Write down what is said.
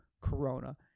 Corona